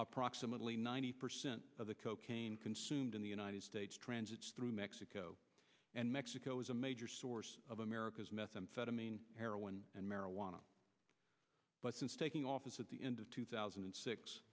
approximately ninety percent of the cocaine consumed in the united states transits through mexico and mexico is a major source of america's methamphetamine and marijuana but since taking office at the end of two thousand and six